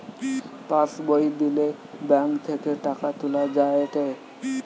pass বই দিলে bank থেকে টাকা তুলা যায়েটে